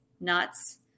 nuts